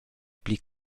pli